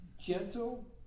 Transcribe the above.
gentle